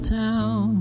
town